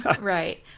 Right